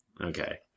Okay